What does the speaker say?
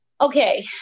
Okay